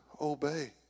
obey